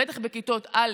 בטח בכיתות א',